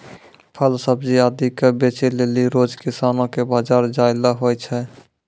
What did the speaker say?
फल सब्जी आदि क बेचै लेलि रोज किसानो कॅ बाजार जाय ल होय छै